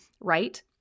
right